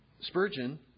Spurgeon